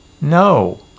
No